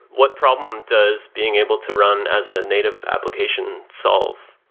what problem does being able to run as a native application solve?